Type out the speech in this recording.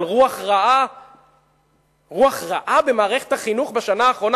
על רוח רעה במערכת החינוך בשנה האחרונה.